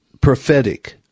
prophetic